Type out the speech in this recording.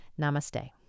Namaste